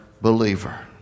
Believer